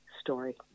story